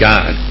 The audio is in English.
God